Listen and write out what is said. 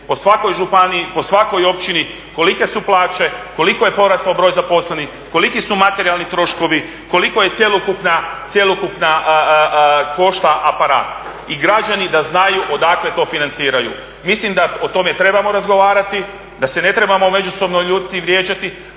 po svakoj županiji po svakoj općini kolike su plaće koliko je porastao broj zaposlenih koliki su materijalni troškovi koliko je cjelokupna košta aparat i da građani znaju odakle to financiraju. Mislim da o tome trebamo razgovarati da se ne trebamo međusobno ljutiti i vrijeđati